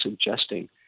suggesting